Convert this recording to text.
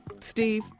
Steve